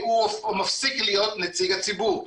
רם שפע (יו"ר ועדת החינוך, התרבות